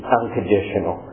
unconditional